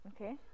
okay